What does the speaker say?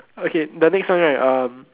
okay the next one right um